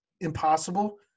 impossible